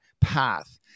Path